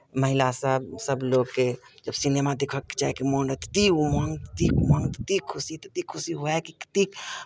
महिलासभ सभ लोकके सिनेमा देखयके जायके मोन ततेक उमङ्ग ततेक उमङ्ग ततेक खुशी ततेक खुशी हुअए की कतेक